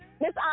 Miss